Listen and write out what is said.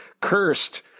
cursed